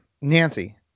nancy